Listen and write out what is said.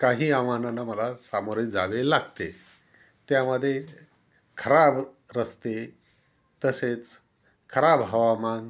काही आव्हानांना मला सामोरे जावे लागते त्यामध्ये खराब रस्ते तसेच खराब हवामान